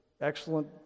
excellent